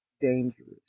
dangerous